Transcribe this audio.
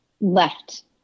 left